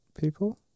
people